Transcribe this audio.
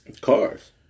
cars